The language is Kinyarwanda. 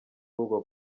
bugwa